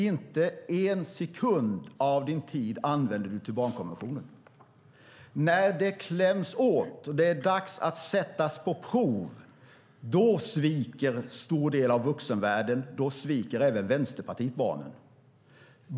Inte en sekund av din talartid använde du till att tala om barnkonventionen. När det kläms åt och det är dags att sättas på prov sviker en stor del av vuxenvärlden, och då sviker även Vänsterpartiet barnen.